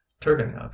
Turgenev